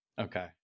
Okay